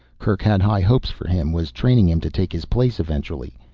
kerk had high hopes for him, was training him to take his place eventually.